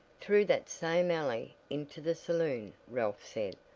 through that same alley into the saloon, ralph said.